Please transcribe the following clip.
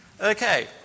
Okay